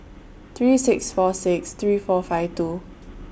three six four six three four five two